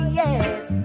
yes